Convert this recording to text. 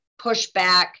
pushback